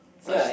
such